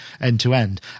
end-to-end